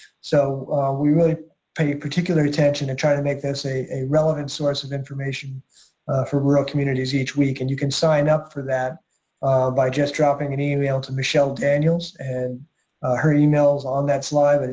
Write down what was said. so we really pay particular attention to try to make this a a relevant source of information for rural communities each week, and you can sign up for that by just dropping an email to michelle daniels, and her email is on that slide.